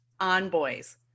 ONBOYS